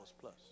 plus